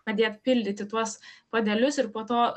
padėt pildyti tuos puodelius ir po to